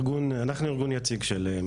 אנחנו ארגון יציג של מכבי.